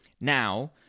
Now